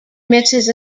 misses